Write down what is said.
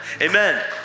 Amen